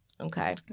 Okay